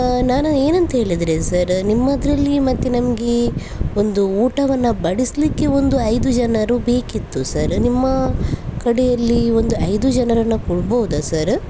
ನಾನು ಏನಂತ ಹೇಳಿದರೆ ಸರ ನಿಮ್ಮದರಲ್ಲಿ ಮತ್ತು ನನಗೆ ಒಂದು ಊಟವನ್ನು ಬಡಿಸಲಿಕ್ಕೆ ಒಂದು ಐದು ಜನರು ಬೇಕಿತ್ತು ಸರ ನಿಮ್ಮ ಕಡೆಯಲ್ಲಿ ಒಂದು ಐದು ಜನರನ್ನು ಕೊಡ್ಬೋದ ಸರ